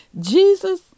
Jesus